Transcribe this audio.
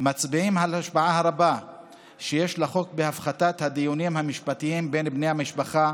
מצביעים על השפעה רבה שיש לחוק בהפחתת הדיונים המשפטיים בין בני משפחה